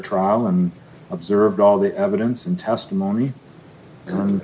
trial and observed all the evidence and testimony and i